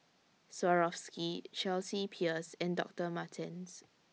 Swarovski Chelsea Peers and Doctor Martens